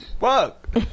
fuck